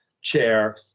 chair